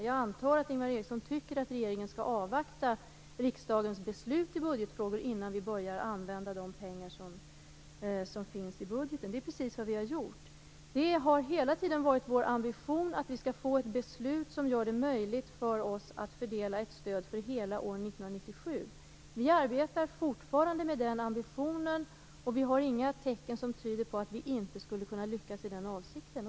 Jag antar att Ingvar Eriksson tycker att regeringen skall avvakta riksdagens beslut i budgetfrågor innan vi börjar använda de pengar som finns i budgeten. Det är precis vad vi har gjort. Det har hela tiden varit vår ambition att få ett beslut som gör det möjligt för oss att fördela ett stöd för hela år 1997. Vi arbetar fortfarande med den ambitionen, och det finns inga tecken som tyder på att vi inte skulle lyckas i den avsikten.